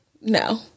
No